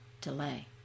delay